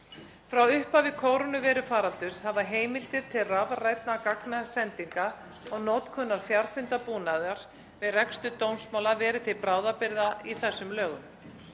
Frá upphafi kórónuveirufaraldurs hafa heimildir til rafrænna gagnasendinga og notkunar fjarfundarbúnaðar við rekstur dómsmála verið til bráðabirgða í þessu lögum.